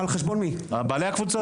על חשבון בעלי הקבוצות.